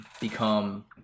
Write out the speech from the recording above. become